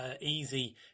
easy